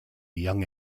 young